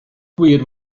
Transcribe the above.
gwir